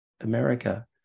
America